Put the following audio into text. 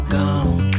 gone